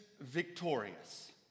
victorious